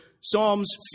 Psalms